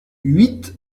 huit